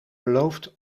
beloofd